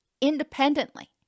independently